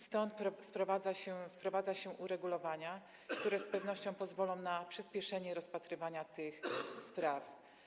Stąd wprowadza się uregulowania, które z pewnością pozwolą na przyspieszenie rozpatrywania tych spraw.